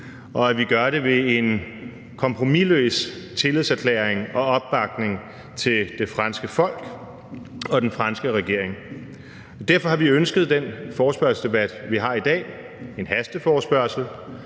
og at vi gør det ved en kompromisløs tillidserklæring og opbakning til det franske folk og den franske regering. Derfor har vi ønsket den forespørgselsdebat, vi har i dag – en hasteforespørgsel,